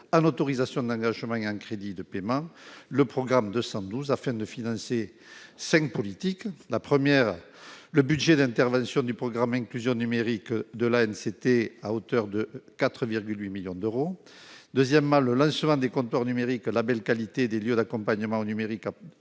en autorisations d'engagement il y a un crédit de paiement, le programme 212 afin de financer 5 politique : la première, le budget d'intervention du programme inclusion numérique de la haine, c'était à hauteur de 4 8 millions d'euros, deuxièmement, le lancement des compteurs numériques, la belle qualité des lieux d'accompagnement numérique